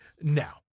now